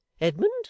Edmund